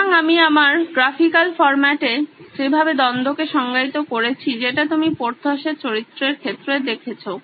সুতরাং আমি আমার গ্রাফিক্যাল ফরম্যাটে যেভাবে দ্বন্দ্ব কে সংজ্ঞায়িত করেছি যেটা তুমি পোর্থস এর দর্জির ক্ষেত্রে দেখেছো